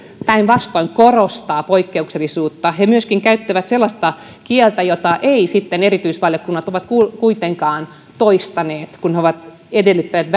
päinvastoin korostaa poikkeuksellisuutta he myöskin käyttävät sellaista kieltä jota eivät erityisvaliokunnat ole kuitenkaan toistaneet kun he ovat edellyttäneet